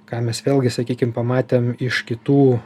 ką mes vėlgi sakykim pamatėm iš kitų